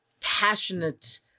passionate